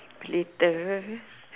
later